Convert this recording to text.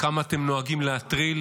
כמה אתם נוהגים להטריל